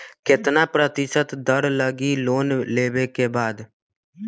कितना प्रतिशत दर लगी लोन लेबे के बाद?